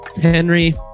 Henry